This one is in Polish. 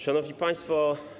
Szanowni Państwo!